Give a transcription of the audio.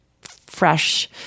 fresh